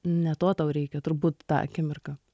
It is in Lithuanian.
ne to tau reikia turbūt tą akimirką